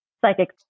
psychic